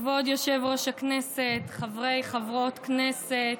כבוד יושב-ראש הכנסת, חברי וחברות כנסת,